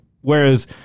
Whereas